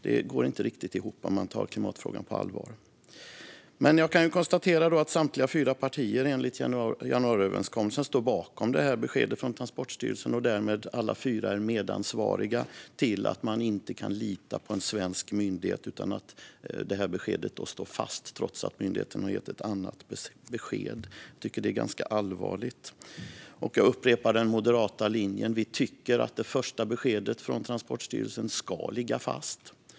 Det går inte riktigt ihop om man tar klimatfrågan på allvar. Samtliga fyra partier i januariöverenskommelsen står bakom beskedet från Transportstyrelsen. Därmed är alla fyra partier medansvariga till att man inte kan lita på en svensk myndighet. Beskedet står alltså fast trots att myndigheten har gett ett annat besked. Jag tycker att det är ganska allvarligt. Låt mig upprepa den moderata linjen: Vi tycker att det första beskedet från Transportstyrelsen ska gälla.